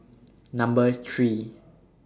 Number three